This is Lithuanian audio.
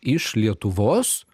iš lietuvos